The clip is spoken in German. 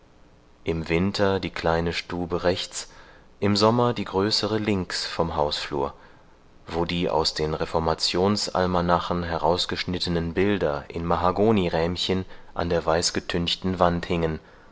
im winter die kleine stube rechts im sommer die größere links vom hausflur wo die aus den reformationsalmanachen herausgeschnittenen bilder in mahagonirähmchen an der weißgetünchten wand hingen